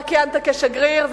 אתה כיהנת כשגריר,